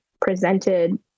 presented